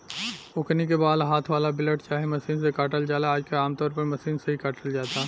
ओकनी के बाल हाथ वाला ब्लेड चाहे मशीन से काटल जाला आजकल आमतौर पर मशीन से ही काटल जाता